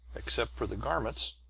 except for the garments,